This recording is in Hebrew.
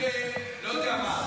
לא יודע מה,